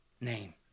Name